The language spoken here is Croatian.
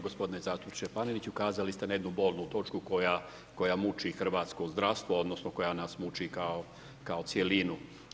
Gospodine zastupniče Paneniću, ukazali ste na jednu bolnu točku koja muči hrvatsko zdravstvo odnosno koja nas muči kao cjelinu.